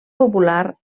popular